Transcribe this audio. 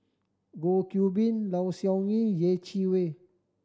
Goh Qiu Bin Low Siew Nghee Yeh Chi Wei